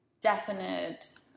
definite